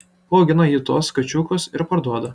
paaugina ji tuos kačiukus ir parduoda